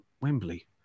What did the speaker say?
Wembley